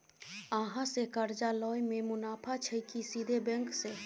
अहाँ से कर्जा लय में मुनाफा छै की सीधे बैंक से?